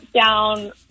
down